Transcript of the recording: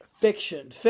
Fiction